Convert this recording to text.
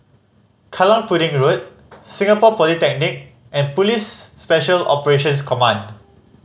Kallang Pudding Road Singapore Polytechnic and Police Special Operations Command